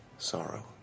sorrow